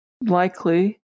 likely